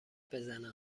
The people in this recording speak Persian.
بزنم